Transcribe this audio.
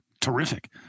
terrific